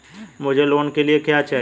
मुझे लोन लेने के लिए क्या चाहिए?